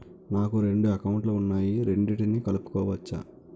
నాకు రెండు అకౌంట్ లు ఉన్నాయి రెండిటినీ కలుపుకోవచ్చా?